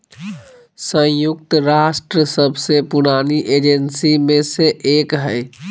संयुक्त राष्ट्र सबसे पुरानी एजेंसी में से एक हइ